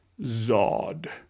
Zod